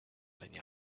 leña